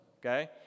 okay